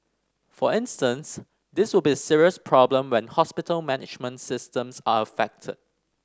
for instance this will be a serious problem when hospital management systems are affected